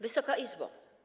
Wysoka Izbo!